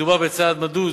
מדובר בצעד מדוד,